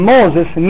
Moses